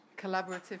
collaborative